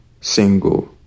single